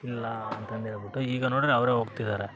ಇಲ್ಲ ಅಂತಂದೇಳ್ಬುಟ್ಟು ಈಗ ನೋಡಿದರೆ ಅವರೇ ಹೋಗ್ತಿದಾರೆ